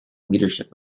leadership